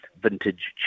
Vintage